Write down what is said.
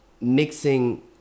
mixing